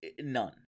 none